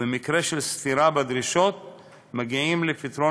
ובמקרה של סתירה בדרישות מגיעים לפתרון